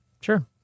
sure